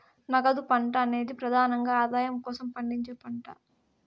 నగదు పంట అనేది ప్రెదానంగా ఆదాయం కోసం పండించే పంట